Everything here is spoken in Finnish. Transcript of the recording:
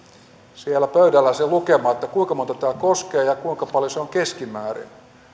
siellä pöydällä se lukema kuinka montaa tämä koskee ja kuinka paljon se on keskimäärin